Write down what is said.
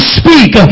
speak